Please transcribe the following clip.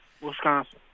Wisconsin